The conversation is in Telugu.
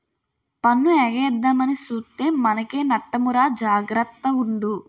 పన్ను ఎగేద్దామని సూత్తే మనకే నట్టమురా జాగర్త గుండు